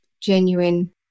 genuine